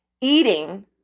eating